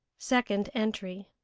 second entry